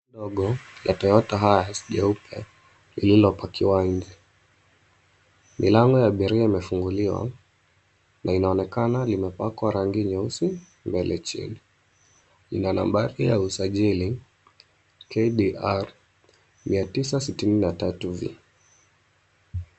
Gari dogo la Toyota Hiace jeupe lililopakiwa nje. Milango ya abiria imefunguliwa na inaonekana limepakwa rangi nyeusi mbele, chini. Ina nambari ya usajili KBR 963V.